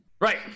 Right